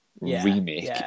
remake